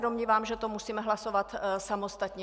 Domnívám se, že to musíme hlasovat samostatně.